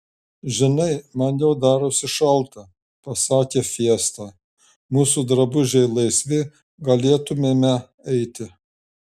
žinai man jau darosi šalta pasakė fiesta mūsų drabužiai laisvi galėtumėme eiti